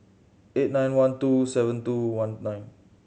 eight nine one two seven two one nine